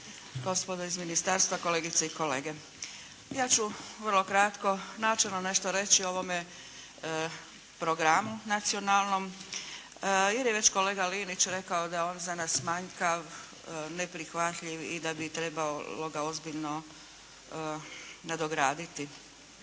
gospodo iz ministarstva, kolegice i kolege. Ja ću vrlo kratko načelno nešto reći o ovome programu nacionalnom jer je već kolega Linić rekao da je on za nas manjkav, neprihvatljiv i da bi trebalo ga ozbiljno nadograditi.